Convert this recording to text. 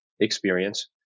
experience